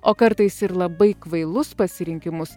o kartais ir labai kvailus pasirinkimus